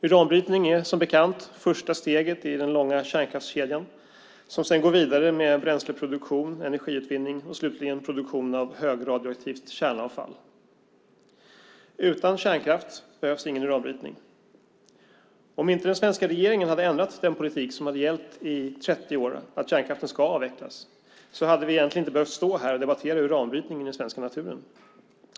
Uranbrytning är som bekant det första steget i den långa kärnkraftskedjan som sedan går vidare med bränsleproduktion, energiutvinning och slutligen produktion av högradioaktivt kärnavfall. Utan kärnkraft behövs ingen uranbrytning. Om inte den svenska regeringen hade ändrat den politik som har gällt i 30 år, att kärnkraften ska avvecklas, hade vi egentligen inte behövt stå här och debattera uranbrytning i den svenska naturen.